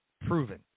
proven